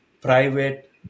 private